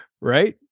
Right